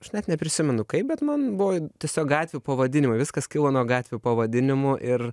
aš net neprisimenu kaip bet man buvo tiesiog gatvių pavadinimai viskas kilo nuo gatvių pavadinimų ir